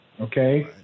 Okay